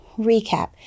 recap